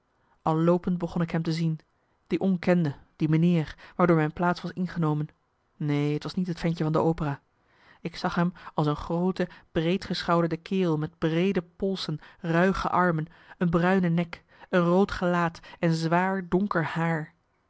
al loopend begon ik hem te zien die onkende die meneer waardoor mijn plaats was ingenomen neen t was niet het ventje van de opera ik zag hem als een groote breedgeschouderde kerel met breede polsen ruige armen een bruine nek een rood gelaat en zwaar donker haar